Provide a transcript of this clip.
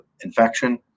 infection